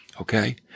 okay